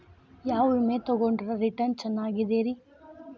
ಯಾವ ವಿಮೆ ತೊಗೊಂಡ್ರ ರಿಟರ್ನ್ ಚೆನ್ನಾಗಿದೆರಿ?